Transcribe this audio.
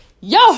yo